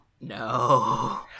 No